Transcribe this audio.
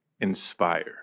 inspire